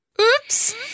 Oops